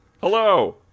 Hello